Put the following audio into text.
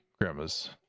grandma's